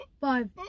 Five